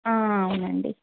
అవునండి